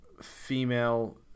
female